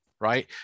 right